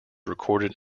recorded